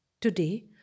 Today